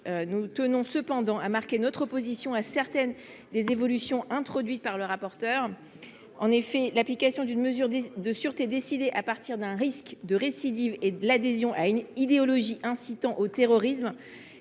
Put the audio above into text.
Nous tenons cependant à marquer notre opposition à certaines des évolutions introduites par le rapporteur. En effet, l’application d’une mesure de sûreté décidée sur le fondement d’un risque de récidive et d’une adhésion persistante à une idéologie incitant au terrorisme